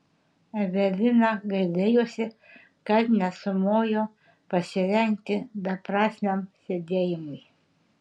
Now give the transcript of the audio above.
evelina gailėjosi kad nesumojo pasirengti beprasmiam sėdėjimui